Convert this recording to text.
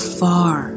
far